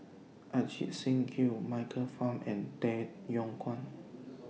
Ajit Singh Gill Michael Fam and Tay Yong Kwang